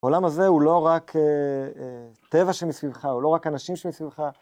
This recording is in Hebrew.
עולם הזה הוא לא רק טבע שמסביבך, הוא לא רק אנשים שמסביבך.